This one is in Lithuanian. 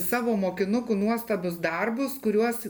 savo mokinukų nuostabius darbus kuriuos